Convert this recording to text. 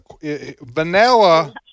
vanilla